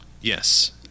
Yes